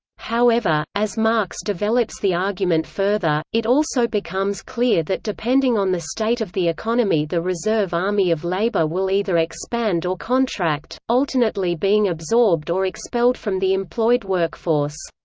however, as marx develops the argument further, it also becomes clear that depending on the state of the economy the reserve army of labor will either expand or contract, alternately being absorbed or expelled from the employed workforce.